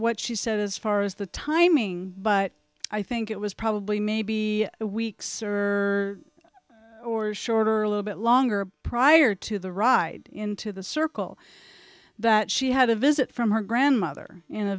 what she said as far as the timing but i think it was probably maybe weeks or shorter a little bit longer prior to the ride into the circle that she had a visit from her grandmother in